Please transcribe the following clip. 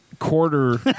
Quarter